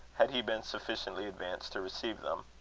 had he been sufficiently advanced to receive them.